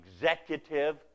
executive